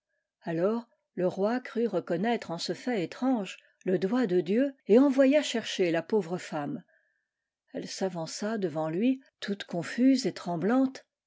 alors le roi crut reconnaître en ce fait étrange le doigt de dieu et envoya chercher la pauvre femme elle s'avança devant lui toute confuse et tremblante